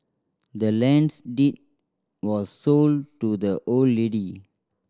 the land's deed was sold to the old lady